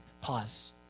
pause